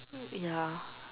ya